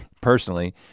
personally